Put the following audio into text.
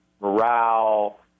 morale